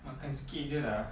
makan sikit sahaja dah lah